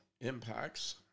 impacts